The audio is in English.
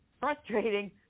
frustrating